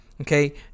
Okay